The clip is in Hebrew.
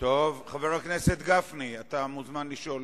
חבר הכנסת גפני, אתה מוזמן לשאול.